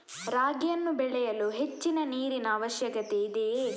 ರಾಗಿಯನ್ನು ಬೆಳೆಯಲು ಹೆಚ್ಚಿನ ನೀರಿನ ಅವಶ್ಯಕತೆ ಇದೆಯೇ?